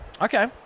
Okay